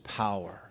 power